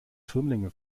firmlinge